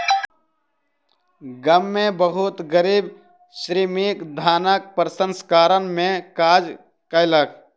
गाम में बहुत गरीब श्रमिक धानक प्रसंस्करण में काज कयलक